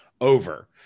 over